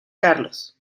carlos